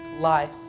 life